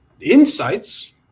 insights